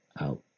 out